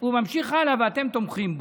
הוא ממשיך הלאה, ואתם תומכים בו.